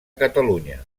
catalunya